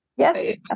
Yes